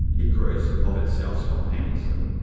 it grows of itself spontaneously.